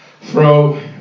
throw